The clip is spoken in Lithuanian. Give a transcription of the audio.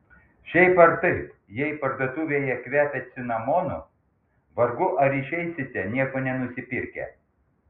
šiaip ar taip jei parduotuvėje kvepia cinamonu vargu ar išeisite nieko nenusipirkę